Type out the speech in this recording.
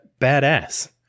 badass